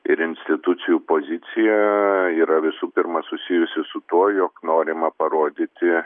ir institucijų pozicija yra visų pirma susijusi su tuo jog norima parodyti